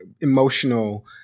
emotional